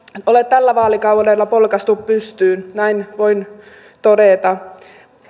ole tällä vaalikaudella polkaistu pystyyn näin voin todeta